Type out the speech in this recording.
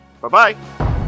Bye-bye